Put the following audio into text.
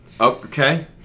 Okay